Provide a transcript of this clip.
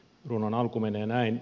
runon alku menee näin